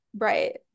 right